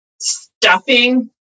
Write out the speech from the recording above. stuffing